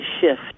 shift